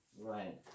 right